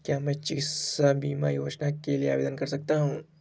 क्या मैं चिकित्सा बीमा योजना के लिए आवेदन कर सकता हूँ?